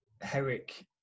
Herrick